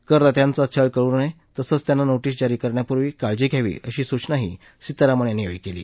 कर दात्यांचा छळ करु नये तसंच त्यांना नोटीस जारी करण्यापूर्वी काळजी घ्यावी अशी सूचनाही सीतारामन यांनी यावेळी केली